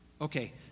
Okay